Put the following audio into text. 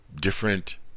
different